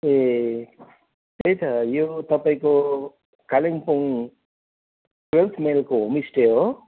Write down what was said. ए त्यही त यो तपाईँको कालेबुङ टेन्थ माइलको होमस्टे हो